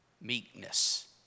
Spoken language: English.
meekness